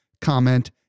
comment